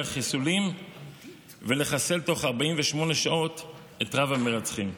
חיסולים ולחסל תוך 48 שעות את רב המרצחים.